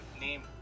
name